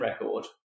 record